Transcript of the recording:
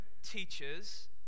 teaches